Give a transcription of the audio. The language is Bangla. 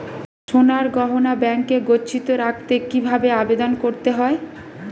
সোনার গহনা ব্যাংকে গচ্ছিত রাখতে কি ভাবে আবেদন করতে হয়?